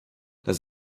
dass